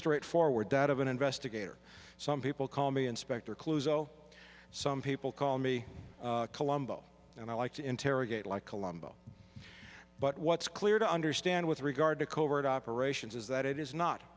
straightforward that of an investigator some people call me inspector close though some people call me colombo and i like to interrogate like colombo but what's clear to understand with regard to covert operations is that it is not